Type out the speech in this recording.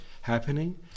happening